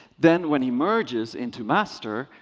then when he merges into master,